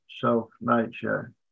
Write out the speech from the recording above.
self-nature